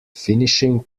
finishing